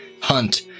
hunt